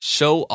Show